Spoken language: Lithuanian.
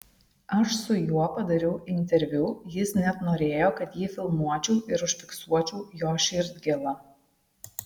aš su juo padariau interviu jis net norėjo kad jį filmuočiau ir užfiksuočiau jo širdgėlą